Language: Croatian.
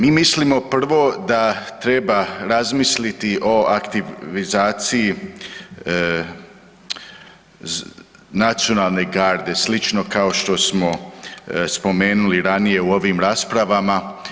Mi mislimo prvo da treba razmisliti o aktivizaciji nacionalne garde slično kao što smo spomenuli ranije u ovim raspravama.